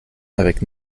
avec